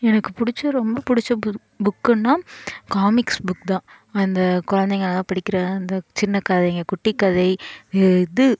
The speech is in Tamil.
எனக்கு பிடிச்ச ரொம்ப பிடிச்ச புக் புக்குன்னா காமிக்ஸ் புக் தான் அந்த குழந்தைங்கயெல்லாம் படிக்கிற அந்த சின்ன கதைங்க குட்டி கதை இது